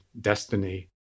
destiny